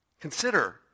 Consider